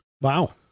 Wow